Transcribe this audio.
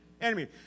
Enemy